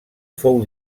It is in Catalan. fou